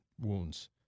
wounds